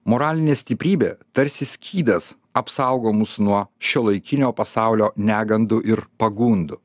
moralinė stiprybė tarsi skydas apsaugo mus nuo šiuolaikinio pasaulio negandų ir pagundų